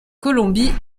colombie